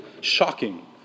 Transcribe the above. shocking